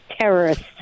terrorists